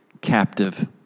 captive